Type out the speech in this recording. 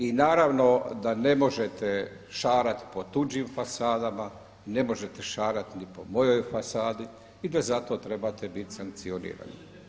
I naravno da ne možete šarati po tuđim fasadama, ne možete šarati ni po mojoj fasadi i da za to trebate biti sankcionirani.